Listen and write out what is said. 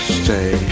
stay